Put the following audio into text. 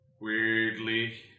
Weirdly